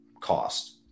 cost